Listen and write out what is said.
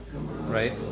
right